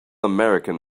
american